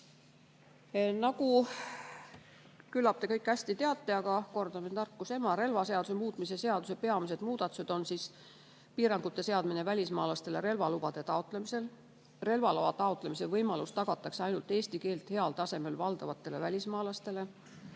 Küllap te kõik seda hästi teate, aga kordamine on tarkuse ema. Relvaseaduse muutmise seaduses tehtavad peamised muudatused on: piirangute seadmine välismaalastele relvalubade taotlemisel, relvaloa taotlemise võimalus tagatakse ainult eesti keelt heal tasemel valdavatele välismaalastele,